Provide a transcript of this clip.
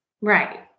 Right